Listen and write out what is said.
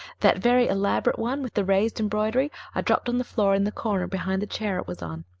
that very elaborate one with the raised embroidery i dropped on the floor in the corner behind the chair it was on.